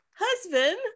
Husband